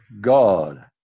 God